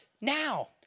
now